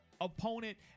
opponent